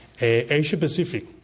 Asia-Pacific